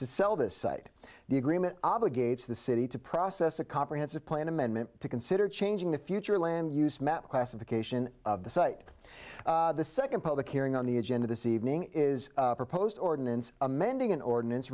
to sell this site the agreement obligates the city to process a comprehensive plan amendment to consider changing the future land use map classification of the site the second public hearing on the agenda this evening is proposed ordinance amending an ordinance